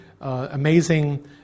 amazing